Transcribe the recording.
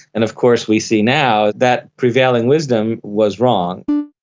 and of course we see now that prevailing wisdom was wrong.